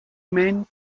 men